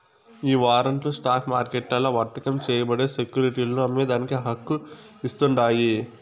ఈ వారంట్లు స్టాక్ మార్కెట్లల్ల వర్తకం చేయబడే సెక్యురిటీలను అమ్మేదానికి హక్కు ఇస్తాండాయి